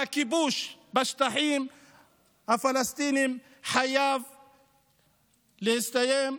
והכיבוש בשטחים הפלסטיניים חייב להסתיים.